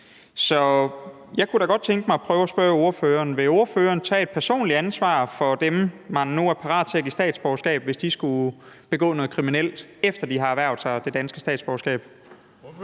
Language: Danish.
Så jeg kunne da godt tænke mig at prøve at spørge ordføreren, om ordføreren vil tage et personligt ansvar for dem, man nu er parat til at give statsborgerskab, hvis de skulle begå noget kriminelt, efter de har erhvervet sig det danske statsborgerskab.